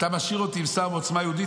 אתה משאיר אותי עם שר מעוצמה יהודית,